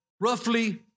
roughly